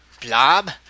blob